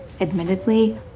admittedly